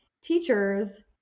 teachers